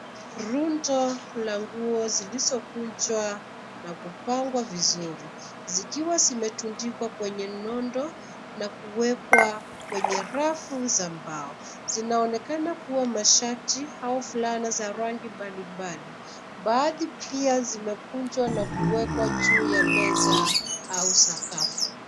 Rundo la nguo zilizokunjwa, na kupangwa vizuri, zikiwa zimetundikwa kwenye nondo, na kuwekwa kwenye rafu za mbao, zinaonekana kuwa mashati, au fulana za rangi mbalimbali, baadhi pia zimekunjwa na kuwekwa juu ya meza, au sakafu.